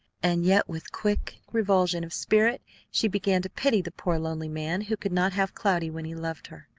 and yet with quick revulsion of spirit she began to pity the poor, lonely man who could not have cloudy when he loved her.